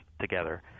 together